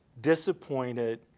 disappointed